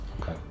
Okay